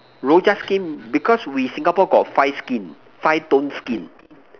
Rojak skin because we Singapore got five skin five tone skin